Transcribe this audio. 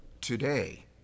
today